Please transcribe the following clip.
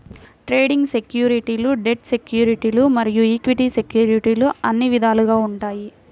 trading సెక్యూరిటీలు debt సెక్యూరిటీలు మరియు ఈక్విటీ సెక్యూరిటీలు అని విధాలుగా ఉంటాయి